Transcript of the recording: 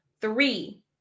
Three